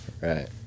Right